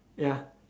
ya